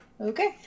Okay